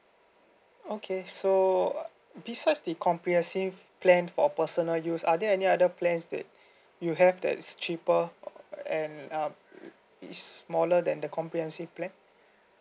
okay so besides the comprehensive plan for personal use are there any other plans that you have that is cheaper and um it's smaller than the comprehensive plan